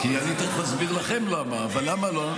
כי אני צריך להסביר לכם למה, אבל למה לא?